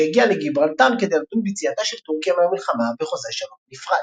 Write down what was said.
שהגיעה לגיברלטר כדי לדון ביציאתה של טורקיה מהמלחמה בחוזה שלום נפרד.